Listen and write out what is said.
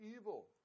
evil